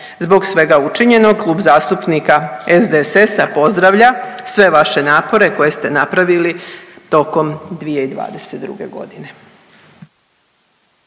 Zbog svega učinjenog Klub zastupnika SDSS-a pozdravlja sve vaše napore koje ste napravili tokom 2022.g..